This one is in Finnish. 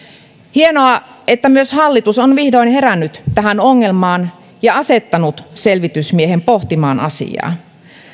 hienoa että myös hallitus on vihdoin herännyt tähän ongelmaan ja asettanut selvitysmiehen pohtimaan asiaa